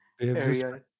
area